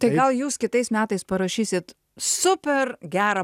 tai gal jūs kitais metais parašysit super gerą